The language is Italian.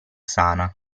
sana